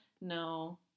No